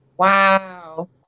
Wow